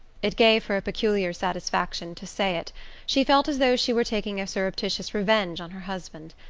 it gave her a peculiar satisfaction to say it she felt as though she were taking a surreptitious revenge on her husband.